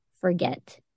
forget